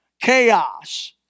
Chaos